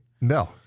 No